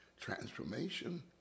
transformation